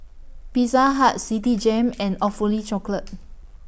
Pizza Hut Citigem and Awfully Chocolate